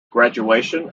graduation